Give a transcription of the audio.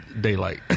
daylight